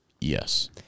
Yes